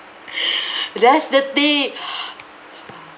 that's the thing